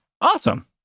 Awesome